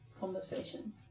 conversation